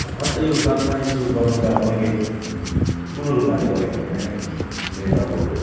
first त यो बागवानी सुरु गर्नु त अब मैले ठुलो रूपमा त गरेको होइन नै मेरो अब